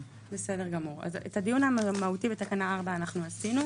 את הדיון המהותי בתקנה 4 עשינו.